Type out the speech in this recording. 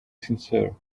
sincere